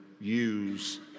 use